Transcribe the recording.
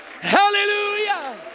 hallelujah